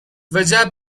وجب